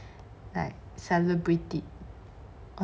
like celebrate it